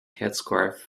headscarf